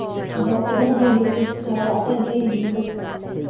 ꯑꯗꯣ ꯑꯩꯈꯣꯏ ꯑꯍꯨꯝ ꯃꯔꯤ ꯄꯨꯟꯁꯤꯟꯅꯔꯒ ꯑꯇꯩ ꯑꯇꯩꯗꯁꯨ